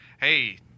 Hey